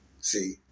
see